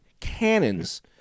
cannons